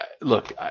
look